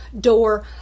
door